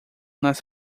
nas